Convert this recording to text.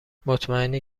مطمئنی